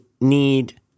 need